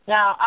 Now